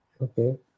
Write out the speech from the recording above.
Okay